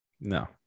no